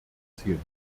erzielen